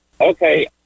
Okay